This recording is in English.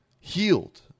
Healed